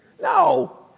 No